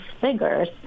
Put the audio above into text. figures